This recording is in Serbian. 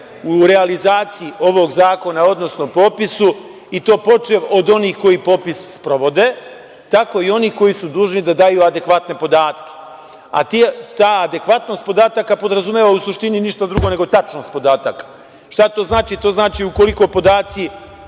u realizaciji ovog zakona, odnosno popisu i to počev od onih koji popis sprovode, tako i onih koji su dužni da daju adekvatne podatke, a ta adekvatnost podataka podrazumeva u suštini ništa drugo nego tačnost podataka. Šta to znači? To znači ukoliko podaci